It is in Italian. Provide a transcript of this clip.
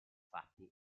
fatti